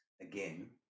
again